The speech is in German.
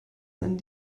nennen